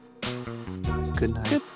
goodnight